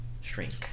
shrink